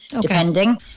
depending